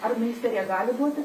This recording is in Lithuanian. ar ministerija gali duoti